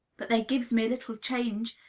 but they gives me a little change,